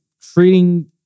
treating